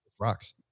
rocks